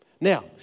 Now